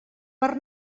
per